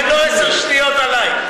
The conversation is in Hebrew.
אם לא, עשר שניות עליי.